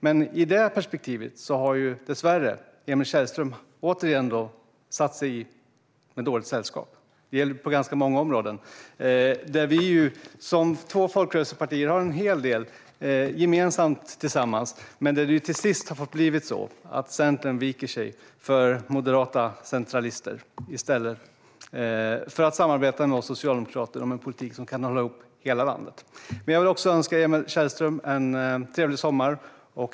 Men i det perspektivet har Emil Källström, återigen, dessvärre satt sig i ett dåligt sällskap - och det gäller på ganska många områden. Våra partier har som två folkrörelsepartier en hel del gemensamt, men till sist har det ju fått bli så att Centern viker sig för moderata centralister i stället för att samarbeta med oss socialdemokrater om en politik som kan hålla ihop hela landet. Jag vill önska Emil Källström en trevlig sommar.